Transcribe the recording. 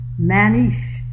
Manish